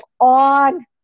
on